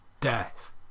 death